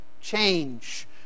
change